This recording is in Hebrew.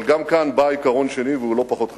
אבל כאן בא העיקרון השני, והוא לא פחות חשוב.